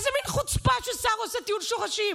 איזה מין חוצפה ששר עושה טיול שורשים?